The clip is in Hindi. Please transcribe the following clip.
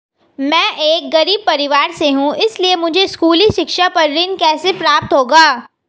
मैं एक गरीब परिवार से हूं इसलिए मुझे स्कूली शिक्षा पर ऋण कैसे प्राप्त होगा?